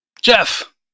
Jeff